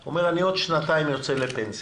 אומר: עוד שנתיים אני יוצא לפנסיה.